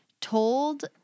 told